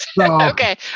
Okay